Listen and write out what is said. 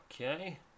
Okay